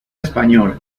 español